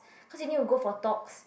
cause you need to go for talks